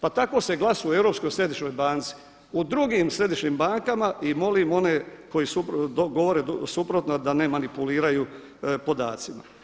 Pa tako se glasuje i o Europskoj središnjoj banci i u drugim središnjim bankama i molim one koji govore suprotno da ne manipuliraju podacima.